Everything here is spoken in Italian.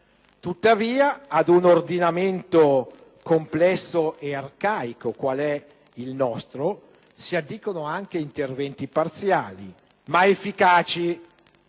tuttavia, ad un ordinamento complesso e arcaico qual è il nostro, si addicono anche interventi parziali ma efficaci, per